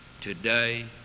today